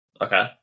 Okay